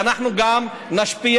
שאנחנו גם נשפיע